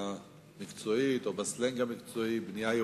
המקצועית או בסלנג המקצועי "בנייה ירוקה".